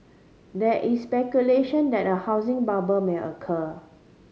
there is speculation that a housing bubble may occur